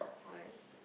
but